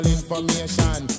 information